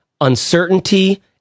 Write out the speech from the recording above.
uncertainty